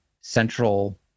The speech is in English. central